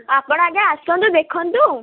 ଆପଣ ଆଜ୍ଞା ଆସନ୍ତୁ ଦେଖନ୍ତୁ